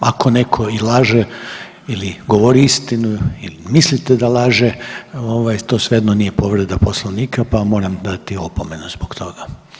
Ako netko i laže ili govori istinu ili mislite da laže, ovaj, to svejedno nije povreda Poslovnika pa vam moram dati opomenu zbog toga.